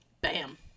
Bam